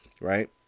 right